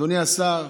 אדוני השר,